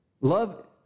love